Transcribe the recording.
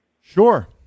Sure